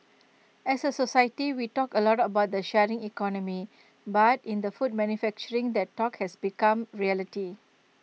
as A society we talk A lot about the sharing economy but in the food manufacturing that talk has become reality